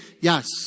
Yes